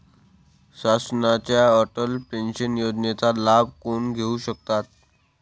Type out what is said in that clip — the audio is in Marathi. शासनाच्या अटल पेन्शन योजनेचा लाभ कोण घेऊ शकतात?